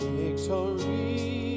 victory